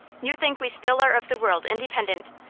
you think we still are of the world independent.